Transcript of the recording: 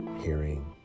hearing